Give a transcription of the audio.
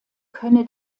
könne